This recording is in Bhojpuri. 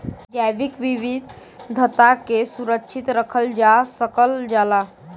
जैविक विविधता के सुरक्षित रखल जा सकल जाला